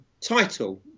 title